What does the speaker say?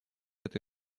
эту